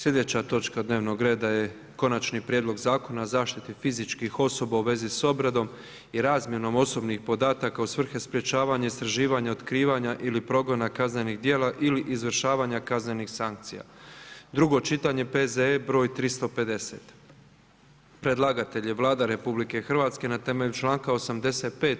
Sljedeća točka dnevnog reda je - Konačni prijedlog Zakona o zaštiti fizičkih osoba u vezi s obradom i razmjenom osobnih podataka u svrhe sprječavanja, istraživanja, otkrivanja ili progona kaznenih djela ili izvršavanja kaznenih sankcija, drugo čitanje, P.Z.E. br. 350 Predlagatelj je Vlada RH na temelju članka 85.